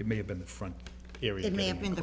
it may have been